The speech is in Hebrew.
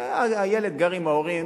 שהילד גר עם ההורים.